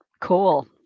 Cool